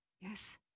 Yes